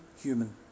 human